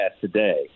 today